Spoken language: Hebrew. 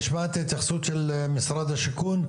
נשמע את ההתייחסות של משרד השיכון,